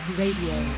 radio